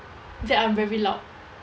that I'm very loud